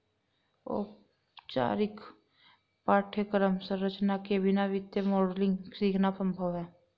औपचारिक पाठ्यक्रम संरचना के बिना वित्तीय मॉडलिंग सीखना संभव हैं